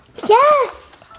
yes!